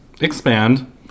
Expand